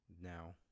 Now